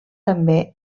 també